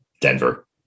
Denver